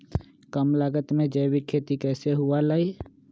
कम लागत में जैविक खेती कैसे हुआ लाई?